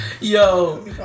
Yo